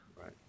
Right